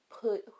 put